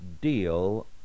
deal